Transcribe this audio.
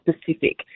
specific